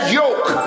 yoke